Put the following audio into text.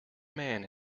man